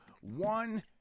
one